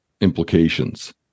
implications